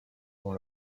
dans